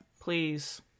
please